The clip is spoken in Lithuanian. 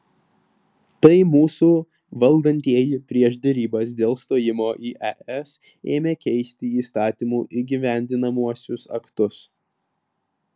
tai mūsų valdantieji prieš derybas dėl stojimo į es ėmė keisti įstatymų įgyvendinamuosius aktus